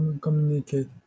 Communicate